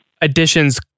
additions